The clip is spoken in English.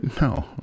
No